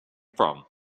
from